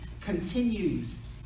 continues